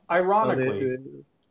ironically